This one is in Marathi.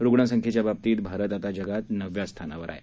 रुग्णसंख्येच्या बाबतीत भारत आता जगात नवव्या स्थानावर आहे